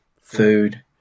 food